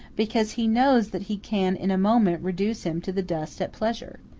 because he knows that he can in a moment reduce him to the dust at pleasure.